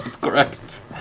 correct